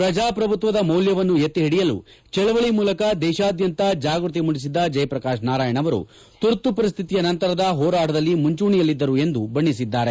ಪ್ರಜಾಪ್ರಭುತ್ವದ ಮೌಲ್ಯವನ್ನು ಎತ್ತಿ ಓಡಿಯಲು ಚಳವಳಿ ಮೂಲಕ ದೇಶಾದ್ಯಂತ ಜಾಗೃತಿ ಮೂಡಿಸಿದ್ದ ಜಯಪ್ರಕಾಶ್ ನಾರಾಯಣ್ ಅವರು ತುರ್ತು ಪರಿಶ್ಥಿತಿಯ ನಂತರದ ಹೋರಾಟದಲ್ಲಿ ಮುಂಚೂಣಿಯಲ್ಲಿದ್ದರು ಎಂದು ಪ್ರಧಾನಿ ಬಣ್ಣೆಸಿದ್ದಾರೆ